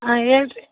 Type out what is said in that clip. ಹಾಂ ಹೇಳ್ ರೀ